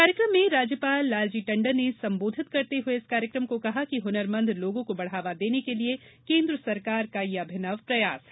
कार्यक्रम में राज्यपाल लालजी टंडन ने संबोधित करते हुए कहा कि हुनरमंद लोगों को बढावा देने के लिये केन्द्र सरकार का यह अभिनव प्रयास है